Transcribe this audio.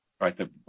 right